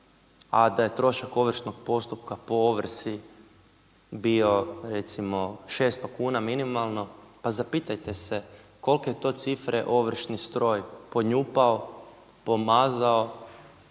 a da je trošak ovršnog postupka po ovrsi bio recimo 600 kuna minimalno, pa zapitajte se kolike to cifre ovršni stroj ponjapao, pomazao